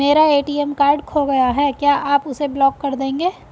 मेरा ATM card खो गया है क्या आप उसे ब्लॉक कर देंगे?